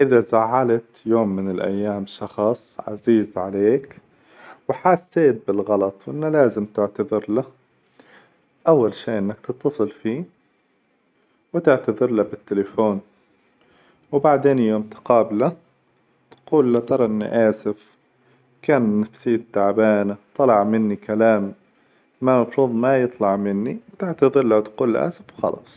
إذا زعلت يوم من الأيام شخص عزيز عليك وحسيت بالغلط وإنه لازم تعتذر له؟ أول شيء إنك تتصل فيه وتعتذر له بالتليفون، وبعدين يوم تقابله تقول له طيب إني آسف كان نفسيتي تعبانه طلع مني كلام ما مفروظ ما يطلع مني، وتعتذر له وتقول له آسف وخلاص.